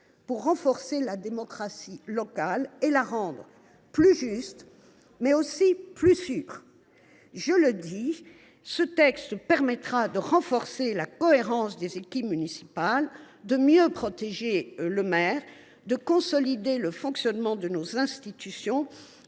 pour renforcer la démocratie locale et la rendre plus juste, mais aussi plus sûre. Il permettra de renforcer la cohérence des équipes municipales, de mieux protéger le maire, de consolider le fonctionnement de nos institutions